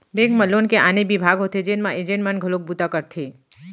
bank म loan के आने बिभाग होथे जेन म एजेंट मन घलोक बूता करथे